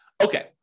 okay